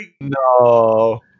No